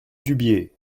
dubié